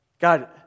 God